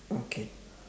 okay